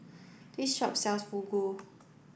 this shop sells Fugu